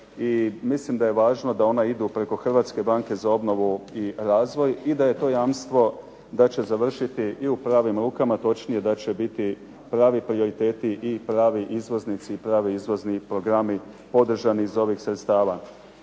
i mislim da je važno da ona idu preko Hrvatske banke za obnovu i razvoj i da je to jamstvo da će završiti u pravim rukama, točnije da će biti pravi prioriteti, pravi izvoznici i pravi izvozni programi podržani iz ovih sredstava.